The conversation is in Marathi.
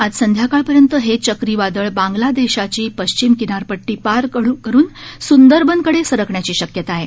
आज संध्याकाळपर्यंत हे चक्रीवादळ बांगलादेशाची पश्चिम किनारपट्टी पार करून संदरबनकडे सरकण्याची शक्यता आहे